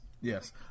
Yes